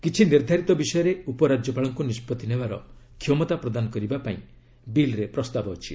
କିଛି ନିର୍ଦ୍ଧାରିତ ବିଷୟରେ ଉପରାଜ୍ୟପାଳଙ୍କୁ ନିଷ୍ପଭି ନେବାର କ୍ଷମତା ପ୍ରଦାନ କରିବାକୁ ବିଲ୍ରେ ପ୍ରସ୍ତାବ ଅଛି